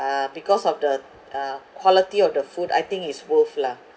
uh because of the uh quality of the food I think it's worth lah